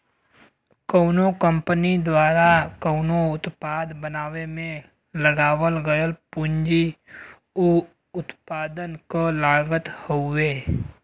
कउनो कंपनी द्वारा कउनो उत्पाद बनावे में लगावल गयल पूंजी उ उत्पाद क लागत हउवे